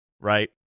right